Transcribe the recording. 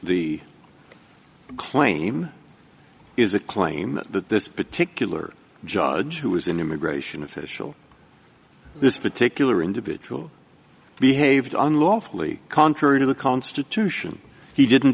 the claim is a claim that this particular judge who is an immigration official this particular individual behaved unlawfully contrary to the constitution he didn't